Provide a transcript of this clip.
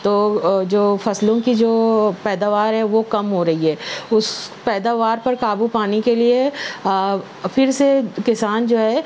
تو جو فصلوں کی جو پیداوار ہے وہ کم ہو رہی ہے اس پیداوار پر قابو پانے کے لیے پھر سے کسان جو ہے